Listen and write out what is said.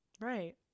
Right